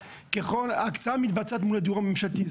ההקצאה מתבצעת מול הדיור הממשלתי,